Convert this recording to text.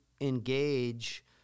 engage